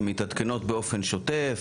הן מתעדכנות באופן שוטף.